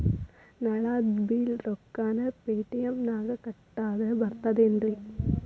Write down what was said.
ನಳದ್ ಬಿಲ್ ರೊಕ್ಕನಾ ಪೇಟಿಎಂ ನಾಗ ಕಟ್ಟದ್ರೆ ಬರ್ತಾದೇನ್ರಿ?